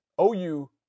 OU